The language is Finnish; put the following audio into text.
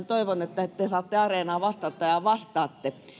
toivon että te saatte areenaa vastata ja vastaatte